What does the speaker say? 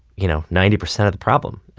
you know, ninety percent of the problem.